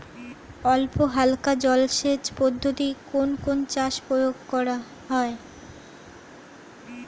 অল্পহালকা জলসেচ পদ্ধতি কোন কোন চাষে প্রয়োগ করা হয়?